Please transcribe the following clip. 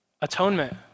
Atonement